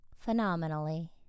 phenomenally